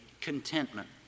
contentment